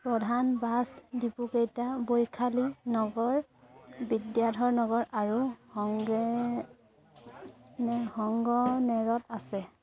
প্ৰধান বাছ ডিপোকেইটা বৈশালী নগৰ বিদ্যাধৰ নগৰ আৰু সংগনেৰত আছে